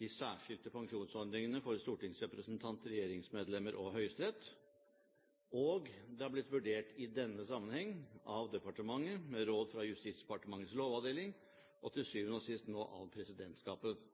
de særskilte pensjonsordningene for stortingsrepresentanter, regjeringsmedlemmer og Høyesterett, og det har blitt vurdert i denne sammenheng av departementet med råd fra Justisdepartementets lovavdeling, og til syvende og sist nå av Presidentskapet.